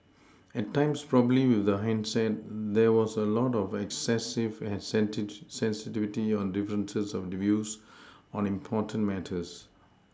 at times probably with hindsight there was a lot of excessive sensitivity on differences of views on important matters